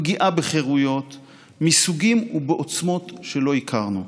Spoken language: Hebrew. פגיעה בחירויות מסוגים ובעוצמות שלא הכרנו?